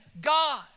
God